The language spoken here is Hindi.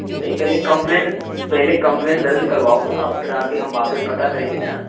नहीं पहले कंप्लेन पहले कंप्लेन दर्ज करवाओ ना आप फिर आके हम वहाँ पे पता करेंगे न